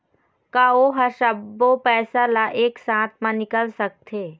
का ओ हर सब्बो पैसा ला एक साथ म निकल सकथे?